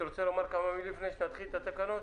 אתה רוצה להגיד כמה מילים לפני שנתחיל את התקנות?